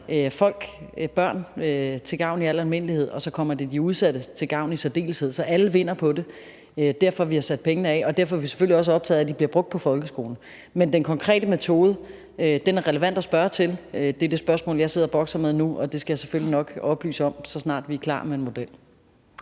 folk, børn, til gavn i al almindelighed, og så kommer det de udsatte til gavn i særdeleshed. Så alle vinder på det. Det er derfor, vi har sat pengene af, og derfor er vi selvfølgelig også optaget af, at de bliver brugt på folkeskolen. Men den konkrete metode er relevant at spørge til – det er det spørgsmål, jeg sidder og bokser med nu – og det skal jeg selvfølgelig nok oplyse om, så snart vi er klar med en model.